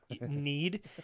need